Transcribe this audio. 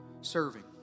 serving